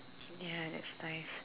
ya it's nice